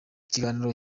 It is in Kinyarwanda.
ikiganiro